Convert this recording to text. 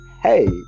hey